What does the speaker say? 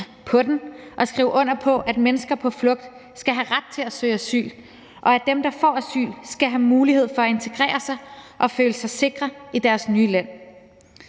og skrive under på, at mennesker på flugt skal have ret til at søge asyl, og at dem, der får asyl, skal have mulighed for at integrere sig og føle sig sikre i deres nye land.